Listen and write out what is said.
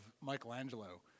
Michelangelo